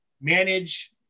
manage